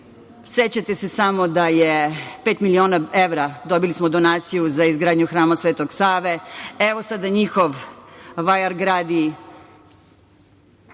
se samo da je pet miliona evra, dobili smo donaciju za izgradnju Hrama Svetog Save, evo sada njihov vajar gradi